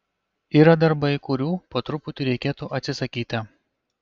yra darbai kurių po truputį reikėtų atsisakyti